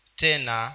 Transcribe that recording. tena